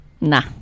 Nah